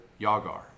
Yagar